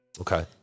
Okay